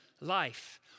life